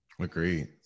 Agree